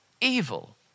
evil